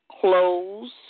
clothes